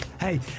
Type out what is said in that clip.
Hey